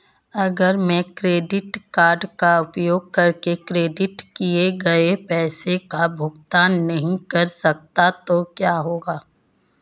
अगर मैं credit card का उपयोग करके क्रेडिट किए गए पैसे का भुगतान नहीं कर सकता तो क्या होगा?